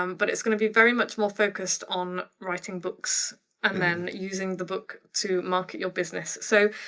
um but it's gonna be very much more focused on writing books and then using the book to market your business. so,